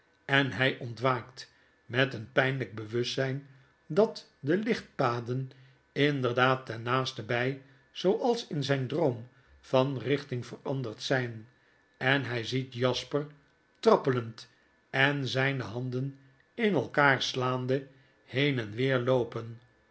en hij ontwaakt met een pijnlijk bewustzijn dat de lichtpaden inderdaad ten naastenbij zooals in ijn droom van richting veranderd zijn en hij ziet jasper trappelend en zijne handen in elkaar slaande heen en weer loopen